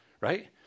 right